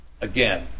Again